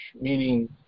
meaning